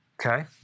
Okay